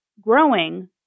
growing